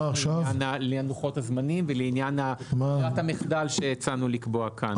גם לעניין לוחות הזמנים וגם לברירת המחדל שהצענו לקבוע כאן.